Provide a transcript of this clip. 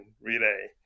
relay